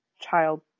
child